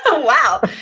ah wow!